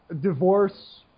Divorce